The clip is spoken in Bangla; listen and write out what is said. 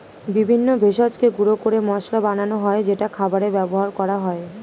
বিভিন্ন ভেষজকে গুঁড়ো করে মশলা বানানো হয় যেটা খাবারে ব্যবহার করা হয়